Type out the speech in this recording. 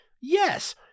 Yes